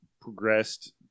progressed